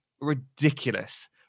ridiculous